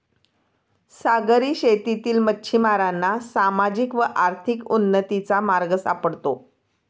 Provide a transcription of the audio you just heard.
सागरी शेतीतील मच्छिमारांना सामाजिक व आर्थिक उन्नतीचा मार्ग सापडतो